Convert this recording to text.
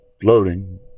floating